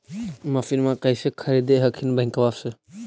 मसिनमा कैसे खरीदे हखिन बैंकबा से?